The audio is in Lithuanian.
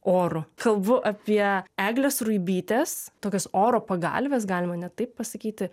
oru kalbu apie eglės ruibytės tokios oro pagalvės galima net taip pasakyti